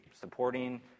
supporting